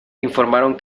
informaron